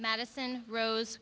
madison rose